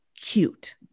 cute